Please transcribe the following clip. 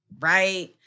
right